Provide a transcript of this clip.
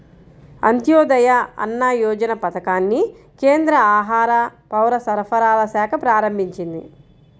అంత్యోదయ అన్న యోజన పథకాన్ని కేంద్ర ఆహార, పౌరసరఫరాల శాఖ ప్రారంభించింది